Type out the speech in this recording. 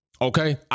Okay